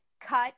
cut